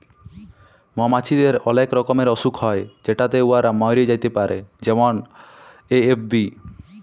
মমাছিদের অলেক রকমের অসুখ হ্যয় যেটতে উয়ারা ম্যইরে যাতে পারে যেমল এ.এফ.বি